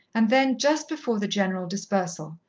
and then, just before the general dispersal,